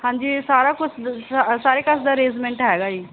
ਹਾਂਜੀ ਸਾਰਾ ਕੁਝ ਸਾਰੇ ਕਾਸੇ ਦਾ ਅਰੇਂਜਮੈਂਟ ਹੈਗਾ ਜੀ